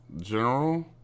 General